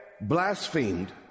blasphemed